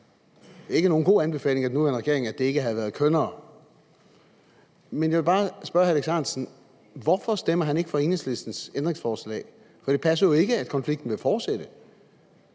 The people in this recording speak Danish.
ikke nogen god anbefaling af den nuværende regering, at det ikke havde været kønnere. Men jeg vil bare spørge hr. Alex Ahrendtsen: Hvorfor stemmer han ikke for Enhedslistens ændringsforslag? For det passer jo ikke, at konflikten vil fortsætte.